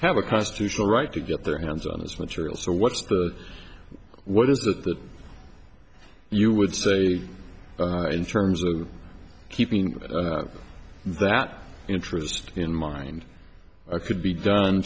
have a constitutional right to get their hands on this material so what's the what is that you would say in terms of keeping that interest in mind could be done